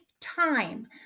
time